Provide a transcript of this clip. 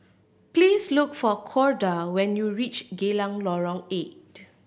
please look for Corda when you reach Geylang Lorong Eight